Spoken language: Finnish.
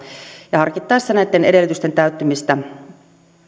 ja harkittaessa näitten edellytysten täyttymistä